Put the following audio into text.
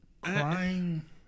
Crying